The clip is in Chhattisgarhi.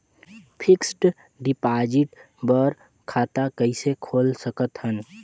फिक्स्ड डिपॉजिट बर खाता कइसे खोल सकत हन?